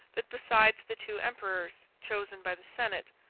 that, besides the two emperors, chosen by the senate,